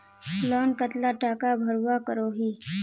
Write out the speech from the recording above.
Loan कतला टाका भरवा करोही?